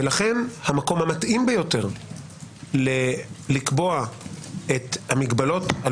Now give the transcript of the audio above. ולכן המקום המתאים ביותר לקבוע את המגבלות על